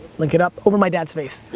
link it up, over my dad's face.